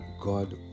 God